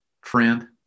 friend